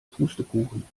pustekuchen